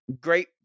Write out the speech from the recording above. great